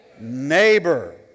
Neighbor